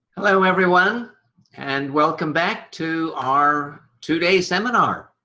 hello, everyone and welcome back to our two day seminar,